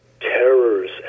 terrors